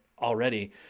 already